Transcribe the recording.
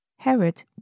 Herod